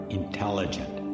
intelligent